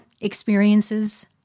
experiences